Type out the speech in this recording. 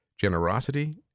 generosity